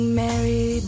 married